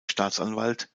staatsanwalt